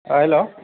अ hello